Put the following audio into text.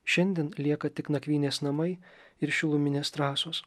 šiandien lieka tik nakvynės namai ir šiluminės trasos